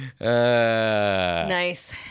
nice